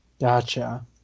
Gotcha